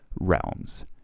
realms